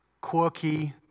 quirky